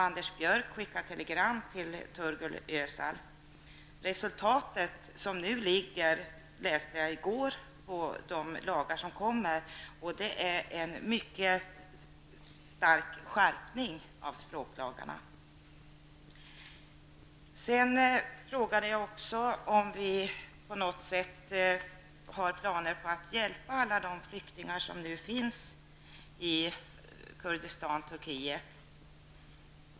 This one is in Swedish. Anders Björck har skickat telegram till Özal. Resultatet som kommer -- jag läste det i går -- är en stark skärpning av språklagarna. Jag frågade också om Sverige har planer på att hjälpa de flyktingar som finns i Kurdistan i Turkiet.